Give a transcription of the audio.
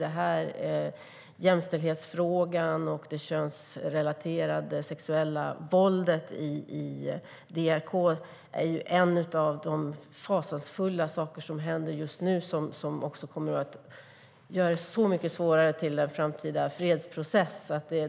Precis som Désirée Pethrus säger är det könsrelaterade sexuella våldet i DRK en av de fasansfulla saker som kommer att försvåra en framtida fredsprocess.